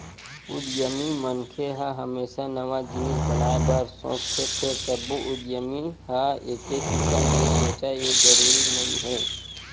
उद्यमी मनखे ह हमेसा नवा जिनिस बनाए बर सोचथे फेर सब्बो उद्यमी ह एके किसम ले सोचय ए जरूरी नइ हे